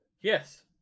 Yes